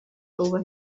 over